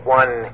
one